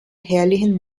herrlichen